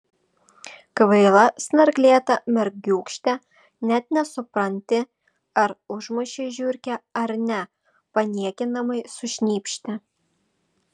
kvaila snarglėta mergiūkšte net nesupranti ar užmušei žiurkę ar ne paniekinamai sušnypštė